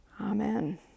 Amen